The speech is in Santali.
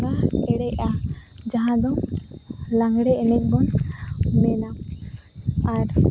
ᱞᱟᱸᱜᱟ ᱮᱲᱮᱜᱟ ᱡᱟᱦᱟᱸᱫᱚ ᱞᱟᱸᱜᱽᱲᱮ ᱮᱱᱮᱡᱵᱚᱱ ᱢᱮᱱᱟ ᱟᱨ